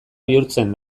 bihurtzen